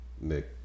Nick